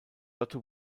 lotte